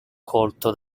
colto